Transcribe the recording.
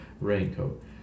raincoat